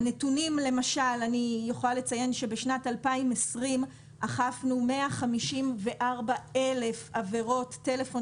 אני יכולה לציין שבשנת 2020 אכפנו 154 אלף עבירות טלפון